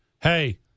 hey